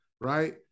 right